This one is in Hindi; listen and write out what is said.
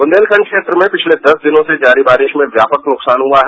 ब्रंदेलखंड क्षेत्र में पिछले दस दिनों से जारी बारिश में व्यापक नुकसान हुआ है